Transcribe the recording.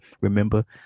remember